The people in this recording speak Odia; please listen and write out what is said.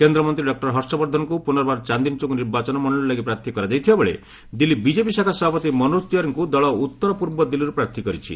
କେନ୍ଦ୍ରମନ୍ତ୍ରୀ ଡକ୍ଟର ହର୍ଷବର୍ଦ୍ଧନଙ୍କୁ ପୁନର୍ବାର ଚାନ୍ଦିନୀଚୌକ୍ ନିର୍ବାଚନ ମଣ୍ଡଳୀ ଲାଗି ପ୍ରାର୍ଥୀ କରାଯାଇଥିବାବେଳେ ଦିଲ୍ଲୀ ବିଜେପି ଶାଖା ସଭାପତି ମନୋଜ ତିୱାରୀଙ୍କୁ ଦଳ ଉତ୍ତର ପୂର୍ବ ଦିଲ୍କୀରୁ ପ୍ରାର୍ଥୀ କରିଛି